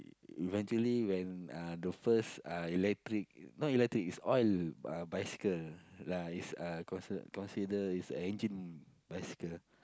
e~ eventually when uh the first uh electric not electric is oil uh bicycle lah is uh considered consider is a engine bicycle